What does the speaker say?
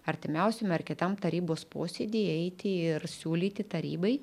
artimiausiame ar kitam tarybos posėdyje eiti ir siūlyti tarybai